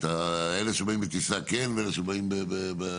אלה שבאים בטיסה כן, ואלה שבאים --- כן.